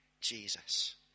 Jesus